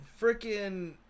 freaking